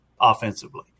offensively